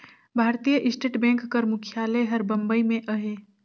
भारतीय state bank कर मुख्यालय हर बंबई में अहे